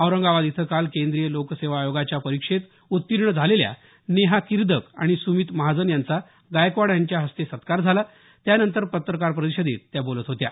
औरंगाबाद इथं काल केंद्रीय लोकसेवा आयोगाच्या परीक्षेत उत्तीर्ण झालेल्या नेहा किर्दक आणि स्मीत महाजन यांचा गायकवाड यांच्या हस्ते सत्कार झाला त्यानंतर पत्रकार परिषदेत त्या बोलत होत्या